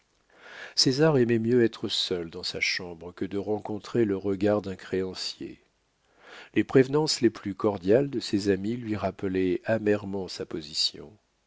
supérieure césar aimait mieux être seul dans sa chambre que de rencontrer le regard d'un créancier les prévenances les plus cordiales de ses amis lui rappelaient amèrement sa position